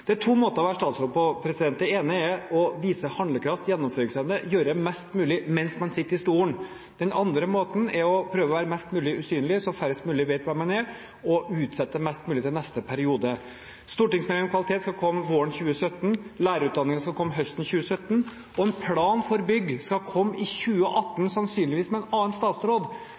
Det er to måter å være statsråd på: Den ene er å vise handlekraft og gjennomføringsevne og gjøre mest mulig mens man sitter i stolen. Den andre måten er å prøve å være mest mulig usynlig, sånn at færrest mulig vet hvem man er, og utsette mest mulig til neste periode. Stortingsmeldingen om kvalitet skal komme våren 2017, lærerutdanningen skal komme høsten 2017, og en plan for bygg skal komme i 2018,